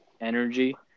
energy